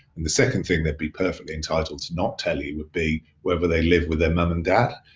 and the second thing they'd be perfectly entitled to not tell you would be whether they live with their mom and dad.